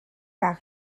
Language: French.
par